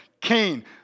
Cain